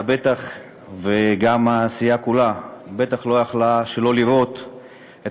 אתה בטח וגם הסיעה כולה בטח לא יכלה שלא לראות את